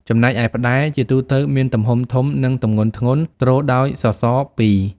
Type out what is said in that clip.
ចំណែកឯផ្តែរ ជាទូទៅមានទំហំធំ និងទម្ងន់ធ្ងន់ ទ្រដោយ សសរ ពីរ។